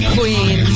Queen